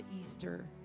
Easter